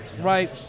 right